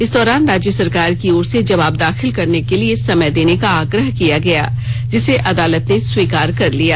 इस दौरान राज्य सरकार की ओर से जवाब दाखिल करने के लिए समय देने का आग्रह किया गया जिसे अदालत ने स्वीकार कर लिया